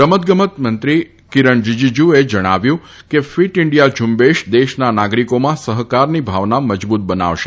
રમતગમત મંત્રી કિરણ રિજ્જુએ જણાવ્યું કે ફિટ ઇન્ડિયા ઝુંબેશ દેશના નાગરીકોમાં સહકારની ભાવના મજબૂત બનાવશે